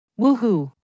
Woohoo